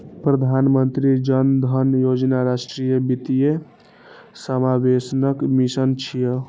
प्रधानमंत्री जन धन योजना राष्ट्रीय वित्तीय समावेशनक मिशन छियै